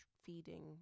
Feeding